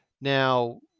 Now